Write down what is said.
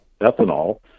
ethanol